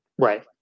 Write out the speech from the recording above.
Right